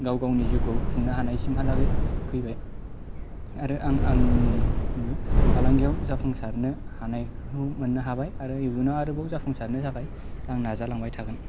गावगावनि जिउखौ खुंनो हानायसिमहालागै फैबाय आरो आं आंबो फालांगियाव जाफुंसारनो हानाय मोननो हाबाय आरो इयुनाव आरोबाव जाफुंसारनो थाखाय आं नाजालांबाय थागोन